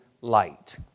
light